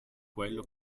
quello